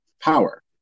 power